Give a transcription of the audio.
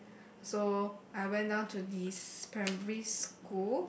so I went out to this primary school